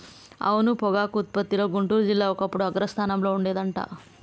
అవును పొగాకు ఉత్పత్తిలో గుంటూరు జిల్లా ఒకప్పుడు అగ్రస్థానంలో ఉండేది అంట